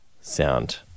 sound